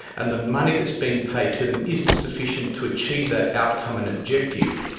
and the money that's been paid to them isn't sufficient to achieve that outcome and objective,